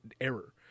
error